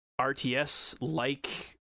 RTS-like